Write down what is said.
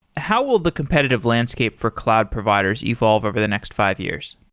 how will the competitive landscape for cloud providers evolve over the next five years?